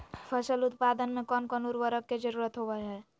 फसल उत्पादन में कोन कोन उर्वरक के जरुरत होवय हैय?